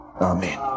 Amen